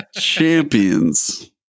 Champions